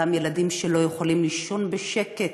אותם ילדים שלא יכולים לישון בשקט